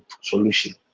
solution